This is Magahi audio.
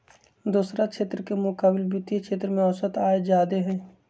दोसरा क्षेत्र के मुकाबिले वित्तीय क्षेत्र में औसत आय जादे हई